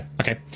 Okay